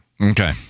Okay